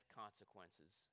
consequences